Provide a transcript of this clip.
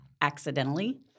accidentally